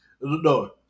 No